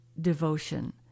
devotion